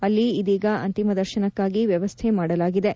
ಅಲ್ಲಿ ಇದೀಗ ಅಂತಿಮ ದರ್ಶನಕ್ಕಾಗಿ ವ್ಯವಸ್ಥೆ ಮಾಡಲಾಯಿತು